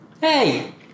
Hey